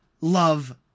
love